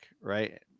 right